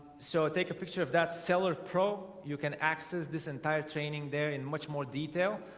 so take a picture of that seller pro you can access this entire training there in much more detail